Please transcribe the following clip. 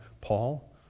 Paul